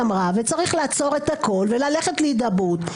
אמרה וצריך לעצור את הכול וללכת להידברות,